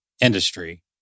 industry